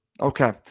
Okay